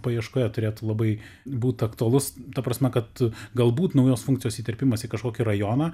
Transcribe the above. paieškoje turėtų labai būt aktualus ta prasme kad galbūt naujos funkcijos įterpimas į kažkokį rajoną